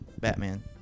Batman